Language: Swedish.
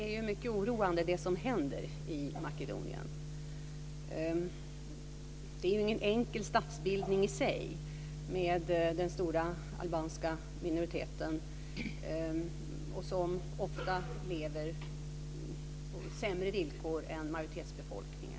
Fru talman! Det som händer i Makedonien är mycket oroande. Det är ingen enkel statsbildning i sig med den stora albanska minoriteten som ofta lever under sämre villkor än majoritetsbefolkningen.